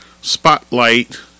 spotlight